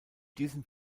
dem